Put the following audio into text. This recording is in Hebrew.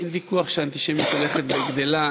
אין ויכוח שהאנטישמיות הולכת וגדלה.